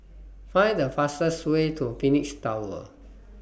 Find The fastest Way to Phoenix Tower